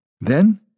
Then